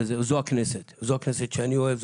זו הכנסת שאני אוהב.